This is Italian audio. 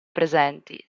presenti